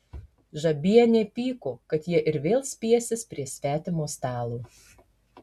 žabienė pyko kad jie ir vėl spiesis prie svetimo stalo